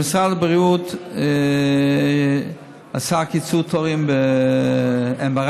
משרד הבריאות עשה קיצור תורים ב-MRI.